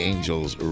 Angels